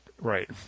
Right